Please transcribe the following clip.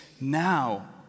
now